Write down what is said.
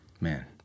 Man